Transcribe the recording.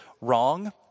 wrong